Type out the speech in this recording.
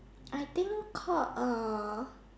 I think called uh